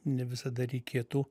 ne visada reikėtų